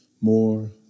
more